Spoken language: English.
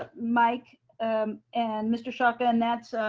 ah mike and mr. sciacca and that's,